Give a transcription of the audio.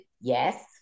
yes